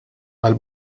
għal